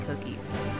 cookies